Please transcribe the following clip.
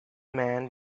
man